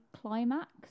climax